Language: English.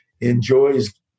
enjoys